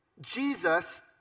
Jesus